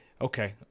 Okay